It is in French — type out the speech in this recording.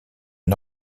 une